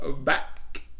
back